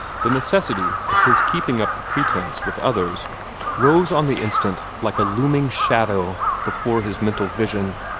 the necessity of his keeping up the pretence with others rose on the instant like a looming shadow before his mental vision.